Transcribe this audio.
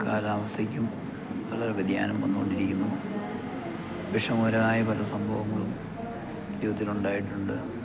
കാലാവസ്ഥയ്ക്കും വളരെ വ്യതിയാനം വന്നുകൊണ്ടിരിക്കുന്നു വിഷമകരമായ പല സംഭവങ്ങളും ജീവിതത്തിലുണ്ടായിട്ടുണ്ട്